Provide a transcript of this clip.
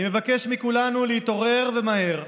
אני מבקש מכולנו להתעורר ומהר.